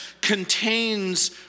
contains